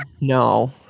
no